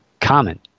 common